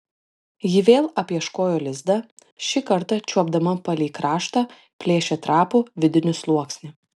ji vėl apieškojo lizdą šį kartą čiuopdama palei kraštą plėšė trapų vidinį sluoksnį